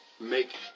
Make